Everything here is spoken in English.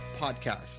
podcast